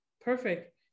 Perfect